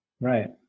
Right